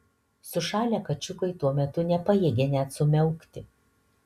sušalę kačiukai tuo metu nepajėgė net sumiaukti